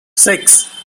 six